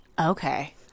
okay